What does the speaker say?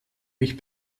mich